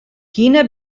quina